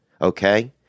Okay